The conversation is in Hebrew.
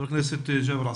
ח"כ ג'אבר עסאקלה.